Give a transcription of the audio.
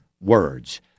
words